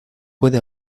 puede